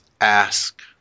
ask